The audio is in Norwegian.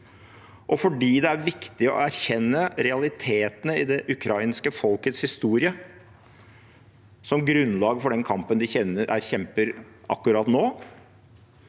bøndene. Det er viktig å anerkjenne realitetene i det ukrainske folkets historie som grunnlag for den kampen de kjemper akkurat nå.